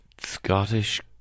Scottish